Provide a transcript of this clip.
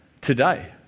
today